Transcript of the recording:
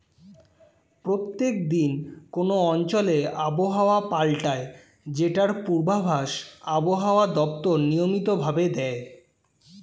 প্রত্যেক দিন কোন অঞ্চলে আবহাওয়া পাল্টায় যেটার পূর্বাভাস আবহাওয়া দপ্তর নিয়মিত ভাবে দেয়